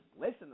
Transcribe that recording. listen